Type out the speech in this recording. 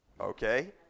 Okay